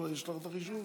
יש לכם את החישוב?